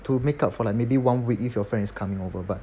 to make up for like maybe one week if your friends coming over but